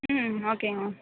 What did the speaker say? ம் ஓகேங்க மேம்